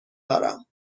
دارم